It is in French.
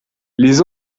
les